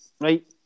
right